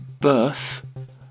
birth